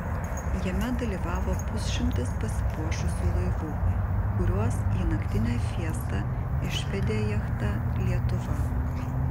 jame dalyvavo pusšimtis pasipuošusių laivų kuriuos į naktinę fiestą išvedė jachta lietuva